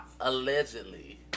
allegedly